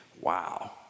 wow